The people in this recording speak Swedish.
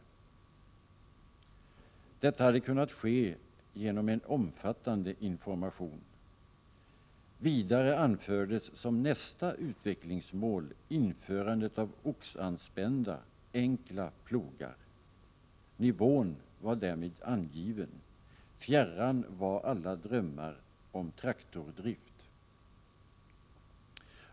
Detta hade kunnat ske genom en omfattande information. Vidare anfördes som nästa utvecklingsmål införande av oxanspända, enkla plogar. Nivån var därmed angiven — fjärran var alla drömmar om traktordrift.